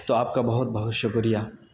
تو آپ کا بہت بہت شکریہ